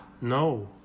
No